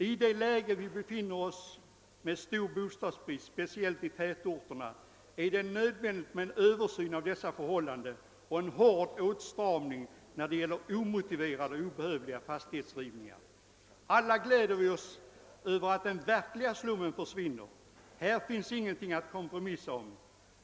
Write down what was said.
I det läge där vi befinner oss, med stor bostadsbrist speciellt i tätorterna, är det nödvändigt med en översyn av dessa förhållanden och en hård åtstramning när det gäller omotiverade och obehövliga fastighetsrivningar. Alla gläder vi oss över att den verkliga slummen försvinner. Här finns ingenting att kompromissa om.